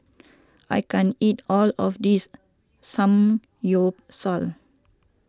I can't eat all of this Samgyeopsal